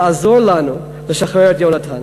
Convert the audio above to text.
לעזור לנו לשחרר את יונתן.